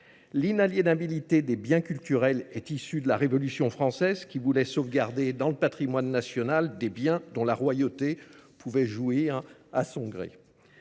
L'inaliénabilité des biens culturels est issue de la Révolution française qui voulait sauvegarder dans le patrimoine national des biens dont la royauté pouvait jouer à son gré.